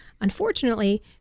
Unfortunately